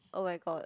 [oh]-my-god